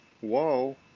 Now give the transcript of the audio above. Whoa